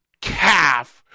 calf